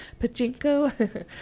Pachinko